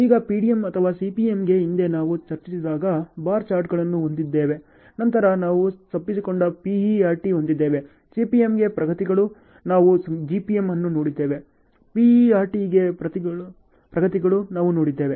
ಈಗ PDM ಅಥವಾ CPMಗೆ ಹಿಂದೆ ನಾವು ಚರ್ಚಿಸಿದ ಬಾರ್ ಚಾರ್ಟ್ಗಳನ್ನು ಹೊಂದಿದ್ದೇವೆ ನಂತರ ನಾವು ತಪ್ಪಿಸಿಕೊಂಡ PERT ಹೊಂದಿದ್ದೇವೆ CPMಗೆ ಪ್ರಗತಿಗಳು ನಾವು GPM ಅನ್ನು ನೋಡಿದ್ದೇವೆ PERT ಗೆ ಪ್ರಗತಿಗಳು ನಾವು ನೋಡಿದ್ದೇವೆ